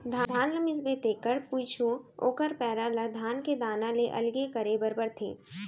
धान ल मिसबे तेकर पीछू ओकर पैरा ल धान के दाना ले अलगे करे बर परथे